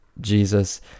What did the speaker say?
Jesus